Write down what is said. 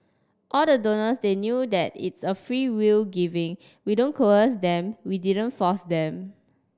all the donors they knew that it's a freewill giving we don't coerce them we didn't force them